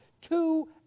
two